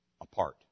apart